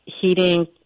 heating